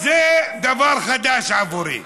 זה דבר חדש בעבורי.